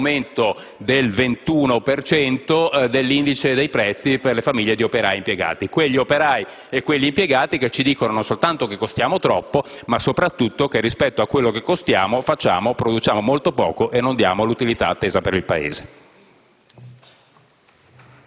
contro un aumento del 21 per cento dell'indice dei prezzi per le famiglie di operai e impiegati: quegli operai e quegli impiegati che ci dicono non soltanto che costiamo troppo, ma soprattutto che, rispetto a quello che costiamo, produciamo molto poco e non diamo l'utilità attesa per il Paese.